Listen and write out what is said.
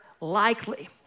likely